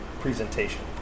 presentation